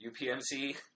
UPMC